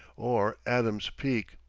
or adam's peak.